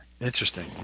Interesting